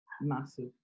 massive